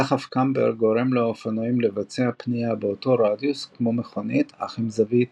דחף קמבר גורם לאופניים לבצע פנייה באותו רדיוס כמו מכוניות אך עם זווית